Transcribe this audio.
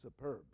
superb